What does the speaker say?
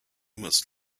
must